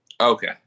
Okay